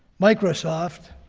microsoft,